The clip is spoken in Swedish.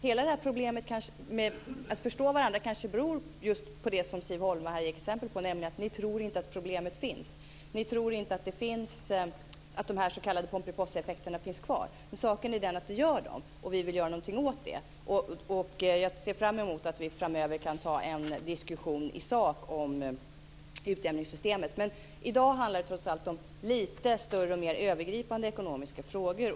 Hela problemet med att förstå varandra kanske beror just på det som Siv Holma ger exempel på, nämligen att ni inte tror att problemet finns. Ni tror inte att de s.k. pomperipossaeffekterna finns kvar. Saken är den att de finns kvar, och vi vill göra någonting åt det. Jag ser fram mot att vi framöver kan ta en diskussion i sak om utjämningssystemet. Men i dag handlar det trots allt om lite större och mer övergripande ekonomiska frågor.